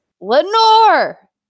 Lenore